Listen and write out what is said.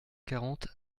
quarante